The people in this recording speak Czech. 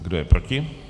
Kdo je proti?